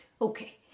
okay